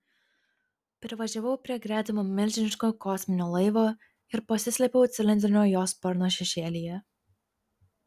privažiavau prie gretimo milžiniško kosminio laivo ir pasislėpiau cilindrinio jo sparno šešėlyje